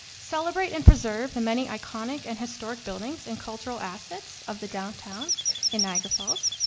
celebrate and preserve the many iconic and historic buildings and cultural assets of the downtown in niagara falls.